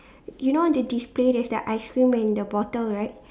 you know the display there's the ice-cream and the bottle right